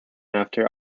after